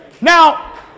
Now